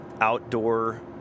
outdoor